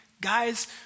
guys